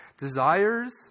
desires